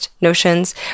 notions